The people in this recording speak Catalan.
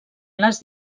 les